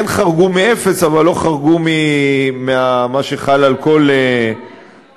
חרגו מאפס אבל לא חרגו ממה שחל על כל נהג.